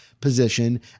position